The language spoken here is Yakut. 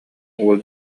уол